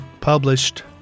published